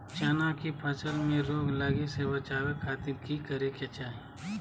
चना की फसल में रोग लगे से बचावे खातिर की करे के चाही?